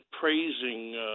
praising